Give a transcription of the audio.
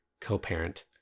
co-parent